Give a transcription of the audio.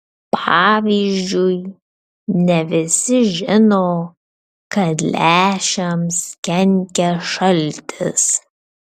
pavyzdžiui ne visi žino kad lęšiams kenkia šaltis